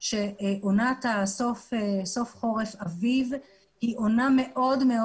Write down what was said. שעונת סוף חורף-אביב היא עונה מאוד מאוד